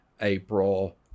April